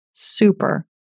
Super